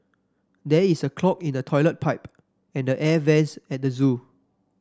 there is a clog in the toilet pipe and the air vents at the zoo